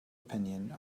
opinion